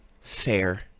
fair